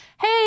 hey